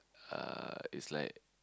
uh it's like